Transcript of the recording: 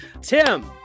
Tim